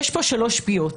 יש כאן שלוש פיות.